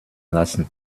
lassen